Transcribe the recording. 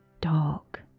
dark